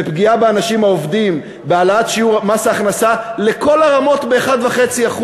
בפגיעה באנשים העובדים בהעלאת שיעור מס ההכנסה לכל הרמות ב-1.5%,